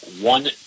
one